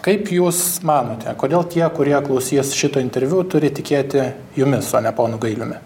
kaip jūs manote kodėl tie kurie klausys šito interviu turi tikėti jumis o ne ponu gailiumi